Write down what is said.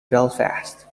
belfast